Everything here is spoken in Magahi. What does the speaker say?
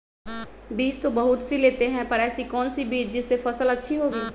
बीज तो बहुत सी लेते हैं पर ऐसी कौन सी बिज जिससे फसल अच्छी होगी?